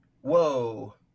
whoa